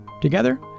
Together